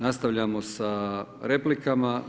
Nastavljamo sa replikama.